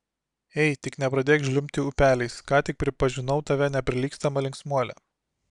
ei tik nepradėk žliumbti upeliais ką tik pripažinau tave neprilygstama linksmuole